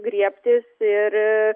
griebtis ir